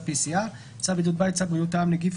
pcr ; "צו בידוד בית" - צו בריאות העם (נגיף